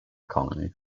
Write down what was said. colony